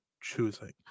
choosing